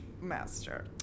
master